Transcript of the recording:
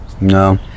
no